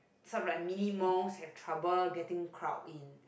some runs mini mosque has trouble getting crowd in